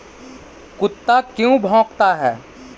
कुत्ता क्यों भौंकता है?